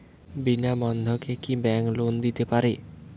বিনা বন্ধকে কি bank loan দিতে পারে?